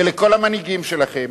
ולכל המנהיגים שלכם,